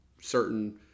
certain